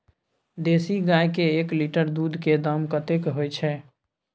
देसी गाय के एक लीटर दूध के दाम कतेक होय छै?